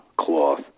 cloth